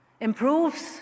improves